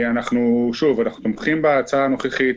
אנחנו תומכים בהצעה הנוכחית,